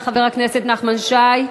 חבר הכנסת נחמן שי,